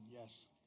yes